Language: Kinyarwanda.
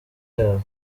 yawe